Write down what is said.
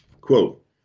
quote